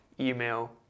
email